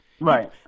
Right